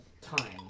time